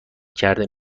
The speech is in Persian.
کرده